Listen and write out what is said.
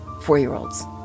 four-year-olds